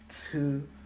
two